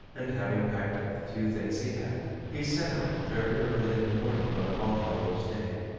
and having packed up the few things he had, he set out very early in the morning on all-hallows day.